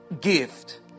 gift